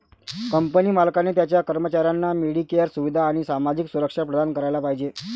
company मालकाने त्याच्या कर्मचाऱ्यांना मेडिकेअर सुविधा आणि सामाजिक सुरक्षा प्रदान करायला पाहिजे